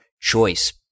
choice